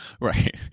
Right